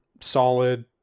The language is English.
solid